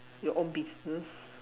your own business